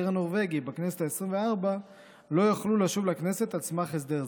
הנורבגי בכנסת העשרים-וארבע לא יוכלו לשוב לכנסת על סמך הסדר זה.